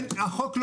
החוק שותק.